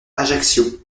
ajaccio